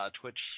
twitch